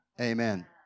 Amen